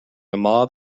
mob